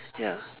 ya